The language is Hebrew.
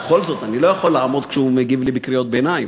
בכל זאת אני לא יכול לעמוד כשהוא מגיב לי בקריאות ביניים.